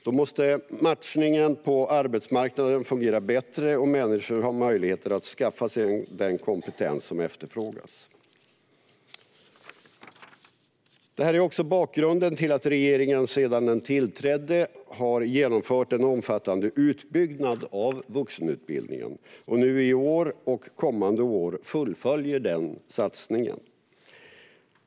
Då måste matchningen på arbetsmarknaden fungera bättre och människor ha möjligheter att skaffa sig den kompetens som efterfrågas. Det här är också bakgrunden till att regeringen sedan den tillträdde har genomfört en omfattande utbyggnad av vuxenutbildningen och nu i år och kommande år fullföljer den satsningen.